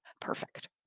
perfect